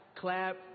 clap